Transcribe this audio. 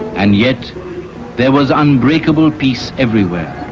and yet there was unbreakable peace everywhere,